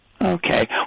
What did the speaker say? Okay